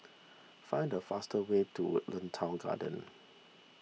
find the fastest way to Woodlands Town Garden